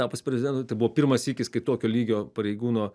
tapus prezidentu tai buvo pirmas sykis kai tokio lygio pareigūno